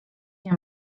nie